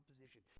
position